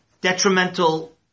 detrimental